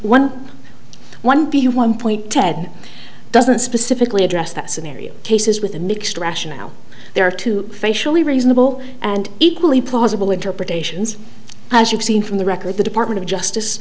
one one b one point ted doesn't specifically address that scenario cases with a mixed rationale there are two facially reasonable and equally plausible interpretations as you've seen from the record at the department of justice